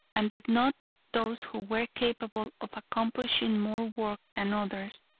and did not those who were capable of accomplishing more work than others,